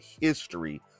history